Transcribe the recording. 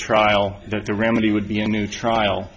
trial that the remedy would be a new trial